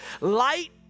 light